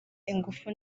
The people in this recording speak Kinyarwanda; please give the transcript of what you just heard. ingufu